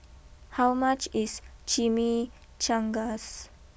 how much is Chimichangas